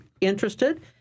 interested